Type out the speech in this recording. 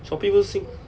Shopee 不是新